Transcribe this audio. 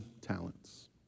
talents